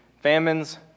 famines